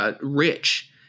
rich